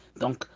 donc